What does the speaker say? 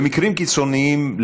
במקרים קיצוניים,